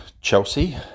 Chelsea